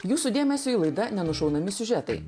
jūsų dėmesiui laida ne nušaunami siužetai